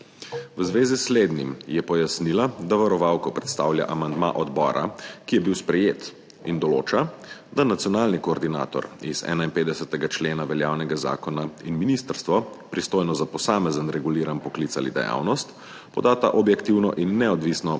V zvezi s slednjim je pojasnila, da varovalko predstavlja amandma odbora, ki je bil sprejet in določa, da nacionalni koordinator iz 51. člena veljavnega zakona in ministrstvo, pristojno za posamezen reguliran poklic ali dejavnost, podata objektivno in neodvisno